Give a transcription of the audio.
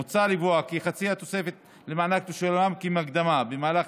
מוצע לקבוע כי חצי מהתוספת למענק תשולם כמקדמה במהלך